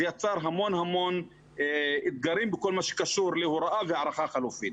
זה יצר הרבה אתגרים בכל מה שקשור להוראה והערכה חלופית.